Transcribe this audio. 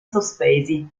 sospesi